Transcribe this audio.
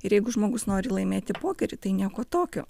ir jeigu žmogus nori laimėti pokerį tai nieko tokio